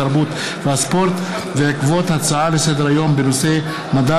התרבות והספורט בעקבות הצעה לסדר-היום של חברי